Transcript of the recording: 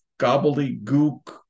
gobbledygook